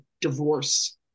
divorce